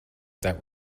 that